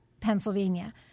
Pennsylvania